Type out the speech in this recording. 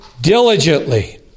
diligently